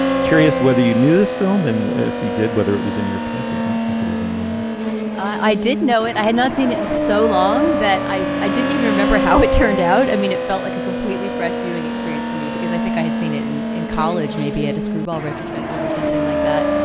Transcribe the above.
curious whether you knew this film and if he did, whether it was in your pantheon like it is in mine i did know it. i had not seen it in so long that i i didn't even remember how it turned out. i mean, it felt like a completely fresh viewing experience for me because i think i had seen it in in college, maybe at a screwball retrospective or something like that.